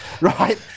right